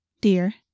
Dear